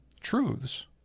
truths